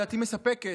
ולדעתי מספקת,